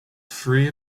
free